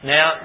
Now